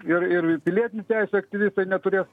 ir ir pilietinių teisių aktyvistai neturės